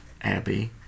Abby